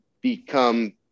become